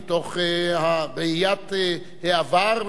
מתוך ראיית העבר,